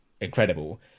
incredible